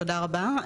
תודה רבה.